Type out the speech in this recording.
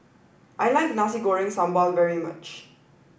I like Nasi Goreng Sambal very much